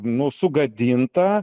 nu sugadinta